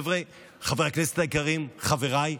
חברי הכנסת היקרים, חבריי,